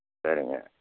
சரிங்க